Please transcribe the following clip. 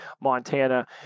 Montana